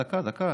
דקה.